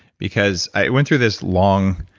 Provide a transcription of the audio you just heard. because i went through this long.